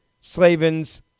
Slavin's